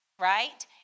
right